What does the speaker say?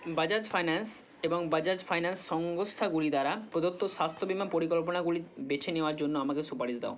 Bajaj finance এবং Bajaj finance সংস্থাগুলি দ্বারা প্রদত্ত স্বাস্থ্য বীমা পরিকল্পনাগুলি বেছে নেওয়ার জন্য আমাকে সুপারিশ দাও